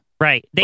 Right